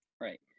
Right